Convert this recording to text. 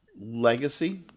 Legacy